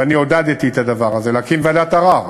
ואני עודדתי את הדבר הזה, להקים ועדת ערר.